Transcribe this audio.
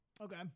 Okay